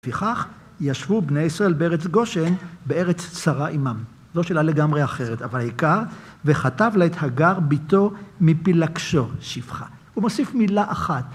וכך ישבו בני ישראל בארץ גושן, בארץ צרה עמם. זו שאלה לגמרי אחרת, אבל העיקר, וחטב לה את הגר בתו מפילגשו, שפחה. הוא מוסיף מילה אחת.